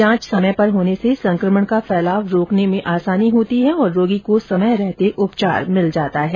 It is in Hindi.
जांच समय पर होने से संक्रमण का फैलाव रोकने में आसानी होती है और रोगी को समय रहते उपचार मिल जाता है